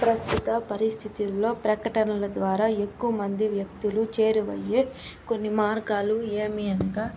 ప్రస్తుత పరిస్థితుల్లో ప్రకటనల ద్వారా ఎక్కువ మంది వ్యక్తులు చేరువయ్యే కొన్ని మార్గాలు ఏమీ అనగా